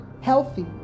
healthy